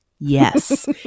Yes